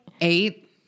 eight